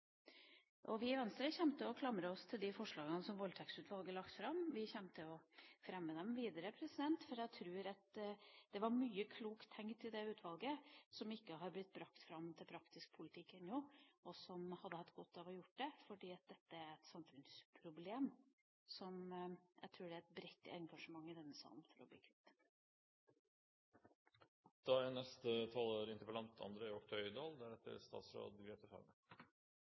Vi i Venstre kommer til å klamre oss til de forslagene som Voldtektsutvalget har lagt fram. Vi kommer til å fremme dem videre, for jeg tror det er tenkt mye klokt i det utvalget som ikke har blitt bragt fram til praktisk politikk ennå, men som hadde hatt godt av å bli det, for dette er et samfunnsproblem som jeg tror det er et bredt engasjement i denne salen for å bli kvitt. Ord er